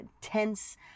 tense